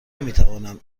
نمیتوانم